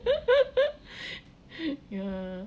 ya